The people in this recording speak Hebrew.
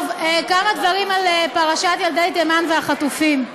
טוב, כמה דברים על פרשת ילדי תימן החטופים.